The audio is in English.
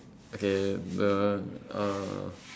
okay the uh